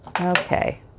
okay